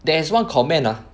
there is one comment ah